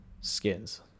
Skins